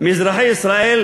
מאזרחי ישראל,